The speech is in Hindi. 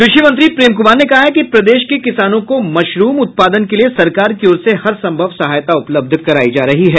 कृषि मंत्री प्रेम क्मार ने कहा है कि प्रदेश के किसानों को मशरूम उत्पादन के लिए सरकार की ओर से हर संभव सहायता उपलब्ध करायी जा रही है